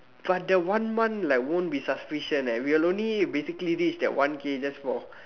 but the one month like won't be sufficient eh we will only basically only reach the one K just for